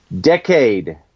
Decade